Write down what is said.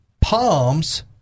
Palms